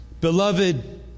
Beloved